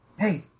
Hey